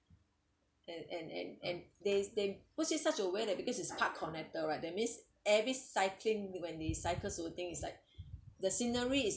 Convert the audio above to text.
and and and and they they put it such a way that because this park connector right that means every cycling when the cycles over think is like the scenery